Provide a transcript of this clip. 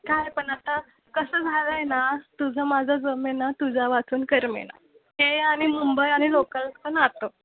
काय पण आता कसं झालं आहे ना तुझं माझं जमेना तुझ्यावाचून करमेना हे आणि मुंबई आणि लोकल्सचं नातं